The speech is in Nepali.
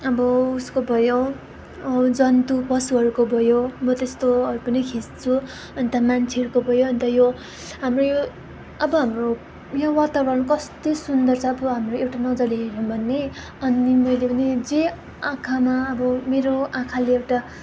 अब उसको भयो अब जन्तु पशुहरूको भयो म त्यस्तोहरू पनि खिच्छु अन्त मान्छेहरूको भयो अन्त यो हाम्रो यो अब हाम्रो यो वातावरण कस्तो सुन्दर छ अब हाम्रो एउटा नजरले हेरौँ भने अनि मेरो पनि जे आँखामा अब मेरो आँखाले एउटा